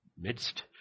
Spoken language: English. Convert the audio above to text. midst